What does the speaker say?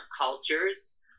cultures